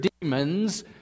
demons